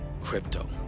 crypto